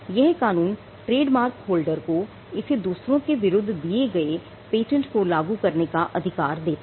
यह कानून trademark holder को इसे दूसरों के विरुद्ध दिए गए patent को लागू करने का अधिकार देता है